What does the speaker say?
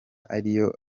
ariyo